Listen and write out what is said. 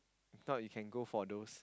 if not you can go for those